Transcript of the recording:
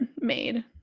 made